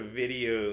video